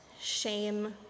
shame